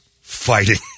Fighting